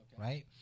right